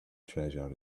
treasure